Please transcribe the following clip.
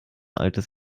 altes